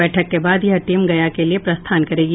बैठक के बाद यह टीम गया के लिये प्रस्थान करेगी